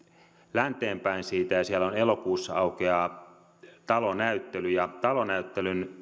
länteen päin siitä ja siellä elokuussa aukeaa talonäyttely talonäyttelyn